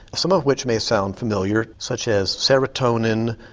some of which may sound familiar such as serotonin,